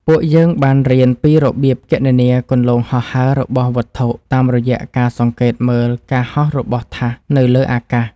ពួកយើងបានរៀនពីរបៀបគណនាគន្លងហោះហើររបស់វត្ថុតាមរយៈការសង្កេតមើលការហោះរបស់ថាសនៅលើអាកាស។